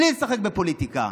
בלי לשחק בפוליטיקה.